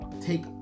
Take